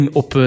op